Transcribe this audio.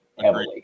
heavily